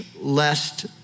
lest